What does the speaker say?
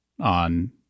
on